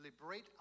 liberate